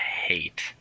hate